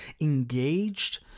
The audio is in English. engaged